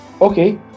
Okay